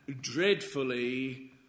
dreadfully